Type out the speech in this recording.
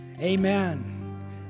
Amen